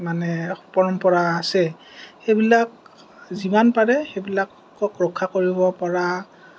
মানে পৰম্পৰা আছে সেইবিলাক যিমান পাৰে সেইবিলাকক ৰক্ষা কৰিব পৰা